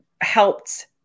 helped